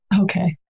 Okay